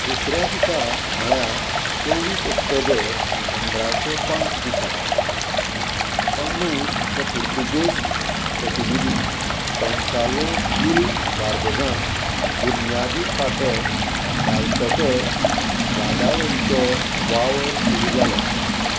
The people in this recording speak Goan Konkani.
दुसऱ्या दिसा म्हळ्यार चोवीस ऑक्टोबर पंदराशे पांच दिसा कन्नूरचो पुर्तुगेज प्रतिनिधी गोंसालो गिल बार्बोजान बुनयादी फातर घालतकच वादावळीचो वावर सुरू जालो